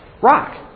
rock